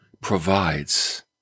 provides